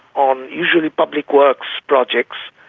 on usually public works projects,